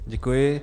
Děkuji.